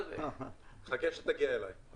חכה שתגיע אלי.